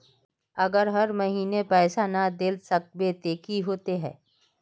अगर हर महीने पैसा ना देल सकबे ते की होते है?